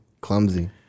clumsy